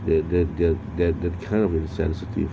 that that that that that kind of insensitive